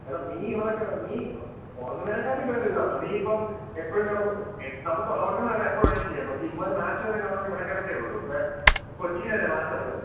എടാ നീ ഇവിടെ കിടന്ന് നീ ഉറങ്ങുന്നതിനെക്കാളും ഭേദം ഇതാണ് കേട്ടോ നീ ഇപ്പം എപ്പോഴും കിടന്ന് നമുക്ക് ഉറങ്ങാനാണെങ്കില് എപ്പോള് വേണമെങ്കിലും ചെയ്യാം പക്ഷേ ഇതുപോലത്തെ മാച്ച് വല്ലതും കാണുന്നത് ഇടയ്ക്കിടയ്ക്കെയുള്ളൂ കൊച്ചിയിലല്ലേ മാച്ച് നടക്കുന്നത്